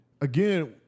again